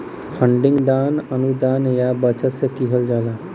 funding दान, अनुदान या बचत से किहल जाला